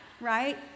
Right